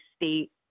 state